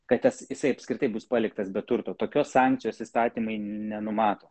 kad tas jisai apskritai bus paliktas be turto tokios sankcijos įstatymai nenumato